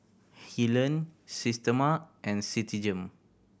Helen Systema and Citigem